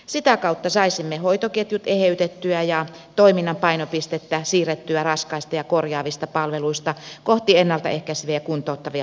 sitä kautta saisimme hoitoketjut eheytettyä ja toiminnan painopistettä siirrettyä raskaista ja korjaavista palveluista kohti ennalta ehkäiseviä ja kuntouttavia palveluita